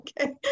Okay